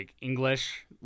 English